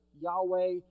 Yahweh